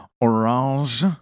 orange